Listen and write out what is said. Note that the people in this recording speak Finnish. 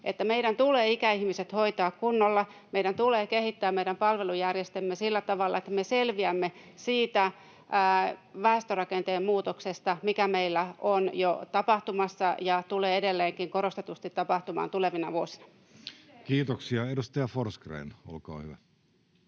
meidän tulee ikäihmiset hoitaa kunnolla ja meidän tulee kehittää meidän palvelujärjestelmää sillä tavalla, että me selviämme siitä väestörakenteen muutoksesta, mikä meillä on jo tapahtumassa ja tulee edelleenkin korostetusti tapahtumaan tulevina vuosina. [Niina Malm: Miten?] [Speech